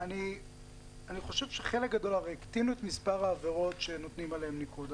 הרי הקטינו את מספר העבירות שנותנים עליהן ניקוד.